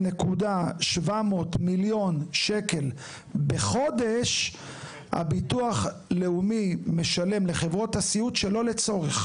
2,700,000 בחודש הביטוח הלאומי משלם לחברות הסיעוד שלא לצורך.